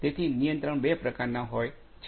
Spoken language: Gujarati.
તેથી નિયંત્રણ બે પ્રકારના હોય છે